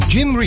Jim